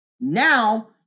now